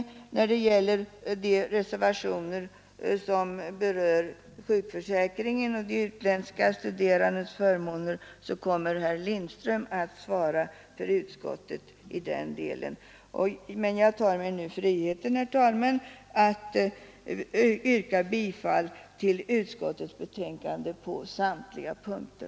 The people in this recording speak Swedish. När det gäller de reservationer som berör sjukförsäkringen och utländska studerandes förmåner kommer herr Lindström att svara för utskottet. Jag tar mig nu friheten, herr talman, att yrka bifall till utskottets hemställan på samtliga punkter.